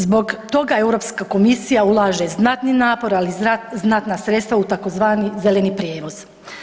Zbog toga Europska komisija ulaže znatni napor, ali i znatna sredstva u tzv. zeleni prijevoz.